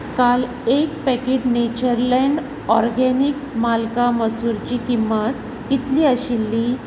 काल एक packet nature land organics मलका मसूरची किंमत कितली आशिल्ली